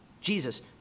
Jesus